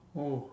oh